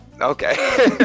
okay